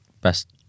best